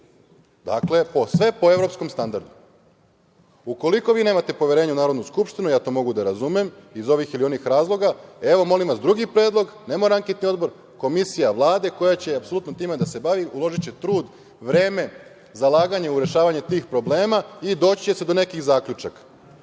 Dakle, sve po evropskom standardu. Ukoliko vi nemate poverenja u Narodnu skupštinu, ja to mogu da razumem, iz ovih ili onih razloga, molim vas, drugi predlog, ne mora anketni odbor, komisija Vlade koja će apsolutno time da se bavi. Uložiće trud, vreme, zalaganje u rešavanju tih problema i doći će se do nekih zaključaka.